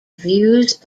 views